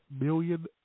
million